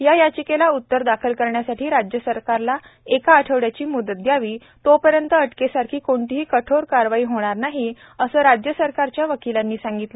यायाचिकेलाउत्तरदाखलकरण्यासाठीराज्यसरकारलाएकाआठवड्याचीम्दतद्यावी तोपर्यंतअटकेसारखीकोणतीहीकठोरकारवाईहोणारनाही असंराज्यसरकारच्यावकीलांनीसांगितलं